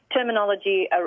terminology